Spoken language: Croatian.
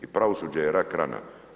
I pravosuđe je rak rana.